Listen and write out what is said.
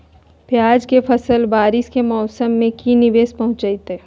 प्याज के फसल बारिस के मौसम में की निवेस पहुचैताई?